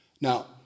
Now